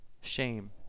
Shame